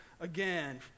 again